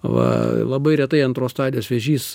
va labai retai antros stadijos vėžys